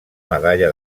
medalla